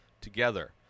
together